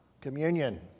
communion